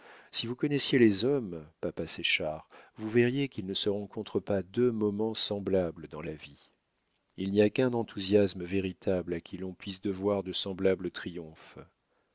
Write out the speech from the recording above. si vous connaissiez les hommes papa séchard vous verriez qu'il ne se rencontre pas deux moments semblables dans la vie il n'y a qu'un enthousiasme véritable à qui l'on puisse devoir de semblables